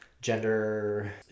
gender